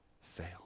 fail